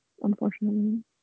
unfortunately